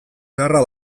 beharra